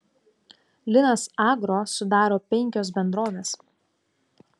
linas agro sudaro penkios bendrovės